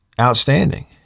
outstanding